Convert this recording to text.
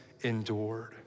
endured